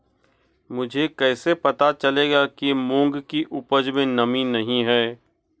मुझे कैसे पता चलेगा कि मूंग की उपज में नमी नहीं है?